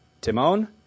Timon